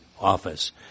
office